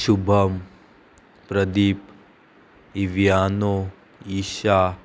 शुभम प्रदीप इव्हानो इशा